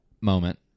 moment